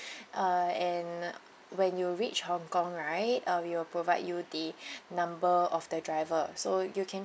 uh and when you reach hong kong right uh we will provide you the number of the driver so you can